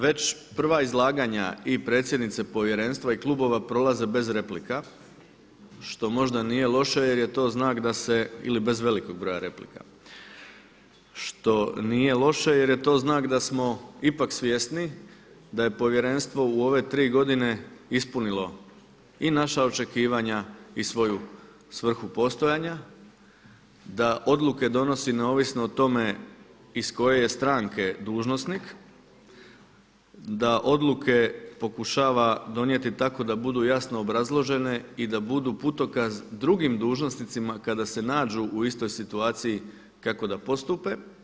Već prva izlaganja i predsjednice Povjerenstva i klubova prolaze zbog replika što možda nije loše je je to znak da se, ili bez velikog broja replika, što nije loše jer je to znak da smo ipak svjesni da je Povjerenstvo u ove tri godine ispunilo i naša očekivanja i svoju svrhu postojanja, da odluke donosi neovisno o tome iz koje je stranke dužnosnik, da odluke pokušava donijeti tako da budu jasno obrazložene i da budu putokaz drugim dužnosnicima kada se nađu u istoj situaciji kako da postupe.